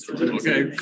Okay